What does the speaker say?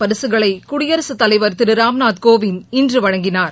பரிசுகளை குடியரசுதலைவர் திரு ராம்நாத் கோவிந்த் இன்று வழங்கினார்